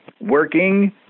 working